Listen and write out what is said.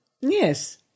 Yes